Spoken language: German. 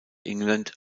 england